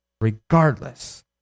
regardless